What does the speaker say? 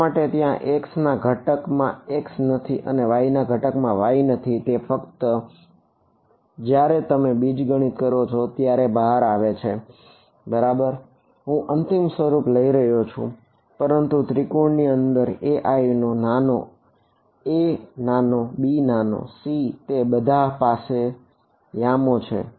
શા માટે ત્યાં x ના ઘટકમાં x નથી અને y ના ઘટકમાં y નથી તે ફક્ત જ્યારે તમે બીજગણિત કરો ત્યારે બહાર આવે છે બરાબર હું અંતિમ સ્વરૂપ લખી રહ્યો છું પરંતુ આ ત્રિકોણ ની અંદર ai નો નાનો a નાનો b નાનો c તે બધા પાસે યામો છે